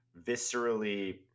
viscerally